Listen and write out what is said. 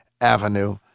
Avenue